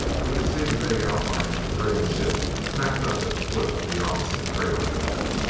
we could see the vague outline of the brigand ship backed up at the foot of the opposite crater wall.